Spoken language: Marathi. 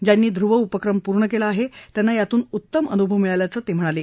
ज्यांनी ध्रुव उपक्रम पूर्ण केला आहे त्यांना यातून उत्तम अनुभव मिळाल्याचे ते म्हणाले